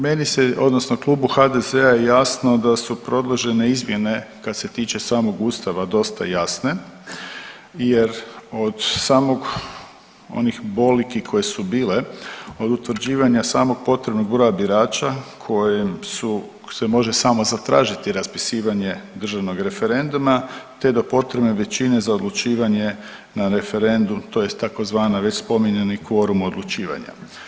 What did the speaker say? Meni se odnosno Klubu HDZ-a je jasno da su predložene izmjene kad se tiče samog ustava dosta jasne jer od samog onih boliki koje su bile od utvrđivanja samog potrebnog broja birača kojim su, se može samo zatražiti raspisivanje državnog referenduma, te do potrebne većine za odlučivanje na referendum, tj. tzv. već spominjani kvorum odlučivanja.